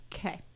Okay